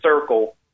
circle